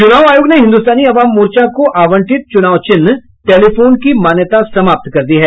चुनाव आयोग ने हिन्दुस्तानी अवाम मोर्चा को आवंटित चुनाव चिन्ह टेलीफोन की मान्यता समाप्त कर दी है